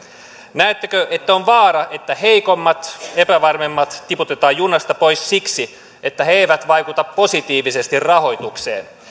näettekö että on vaara että heikommat epävarmemmat tiputetaan junasta pois siksi että he eivät vaikuta positiivisesti rahoitukseen